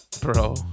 bro